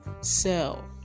sell